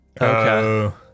Okay